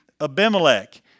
Abimelech